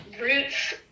roots